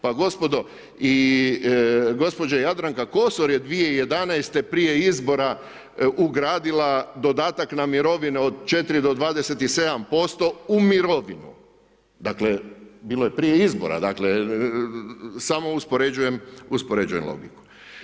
Pa i gospođa Jadranka Kosor je 2011. prije izbora ugradila dodatak na mirovine od 4 do 27% u mirovinu, dakle bilo je prije izbora, dakle samo uspoređujem logiku.